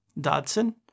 Dodson